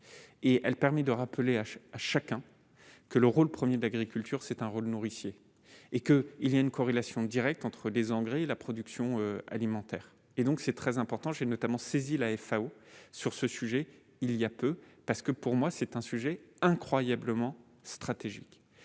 et elle permet de rappeler à chacun que le rôle 1er de l'agriculture, c'est un rôle nourricier et que il y a une corrélation directe entre les engrais et la production alimentaire et donc c'est très important chez notamment saisi la FAO sur ce sujet il y a peu, parce que pour moi, c'est un sujet incroyablement stratégique